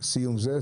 סיום זה,